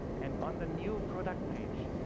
and on the new product page,